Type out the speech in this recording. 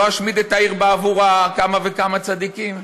לא אשמיד את העיר בעבור כמה וכמה צדיקים?